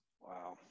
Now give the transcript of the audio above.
Wow